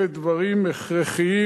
אלה דברים הכרחיים.